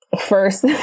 first